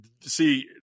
see